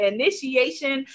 Initiation